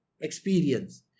experience